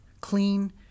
clean